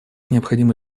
необходимо